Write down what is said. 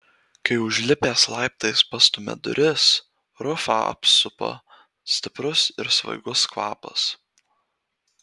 kai užlipęs laiptais pastumia duris rufą apsupa stiprus ir svaigus kvapas